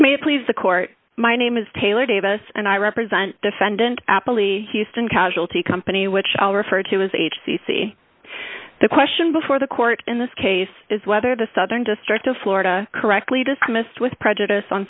it please the court my name is taylor davis and i represent defendant apple e houston casualty company which i'll refer to as h c c the question before the court in this case is whether the southern district of florida correctly dismissed with prejudice on